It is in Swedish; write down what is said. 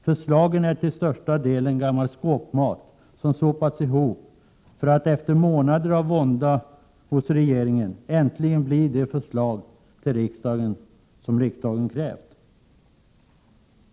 Förslagen är till största delen gammal skåpmat, som sopats ihop för att efter månader av vånda hos regeringen äntligen bli de förslag som riksdagen krävt.